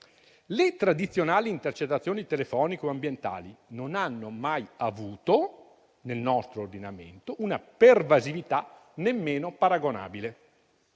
Le tradizionali intercettazioni telefoniche o ambientali non hanno mai avuto nel nostro ordinamento una pervasività nemmeno paragonabile.